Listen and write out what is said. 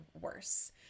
worse